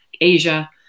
Asia